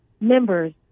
members